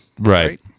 right